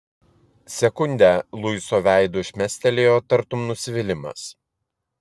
sekundę luiso veidu šmėstelėjo tartum nusivylimas